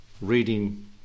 Reading